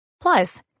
Plus